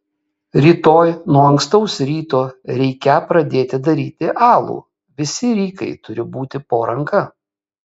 rytoj nuo ankstaus ryto reikią pradėti daryti alų visi rykai turi būti po ranka